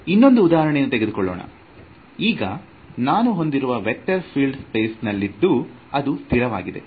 ಇನ್ನೊಂದು ಉದಾಹರಣೆಯನ್ನು ತೆಗೆದುಕೊಳ್ಳೋಣ ಈಗ ನಾನು ಹೊಂದಿರುವ ವೇಕ್ಟರ್ ಫೀಲ್ಡ್ ಸ್ಪೇಸ್ ನಲ್ಲಿದ್ದು ಅದು ಸ್ಥಿರವಾಗಿದೆ